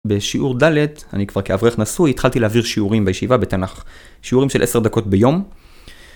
בשיעור דלת, אני כבר כאברך נשוי, התחלתי להעביר שיעורים בישיבה בתנ״ך. שיעורים של עשר דקות ביום.